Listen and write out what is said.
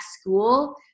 school